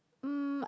um